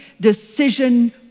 decision